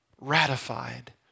ratified